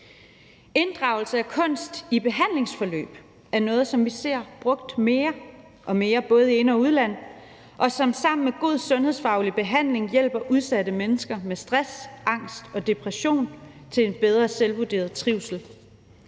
Inddragelse af kunst i behandlingsforløb er noget, som vi ser brugt mere og mere i både ind- og udland, og som sammen med god sundhedsfaglig behandling hjælper udsatte mennesker med stress, angst og depression til en bedre selvvurderet trivsel.